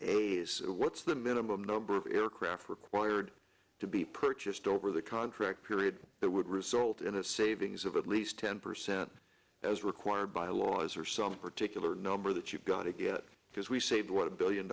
eighteen what's the minimum number of aircraft required to be purchased over the contract period that would result in a savings of at least ten percent as required by laws or some particular number that you've got because we saved what a billion